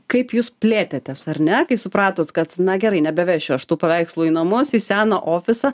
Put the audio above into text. kaip jus plėtėtės ar ne kai supratot kad na gerai nebevešiu aš tų paveikslų į namus į seną ofisą